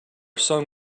sun